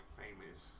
famous